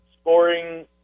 Scoring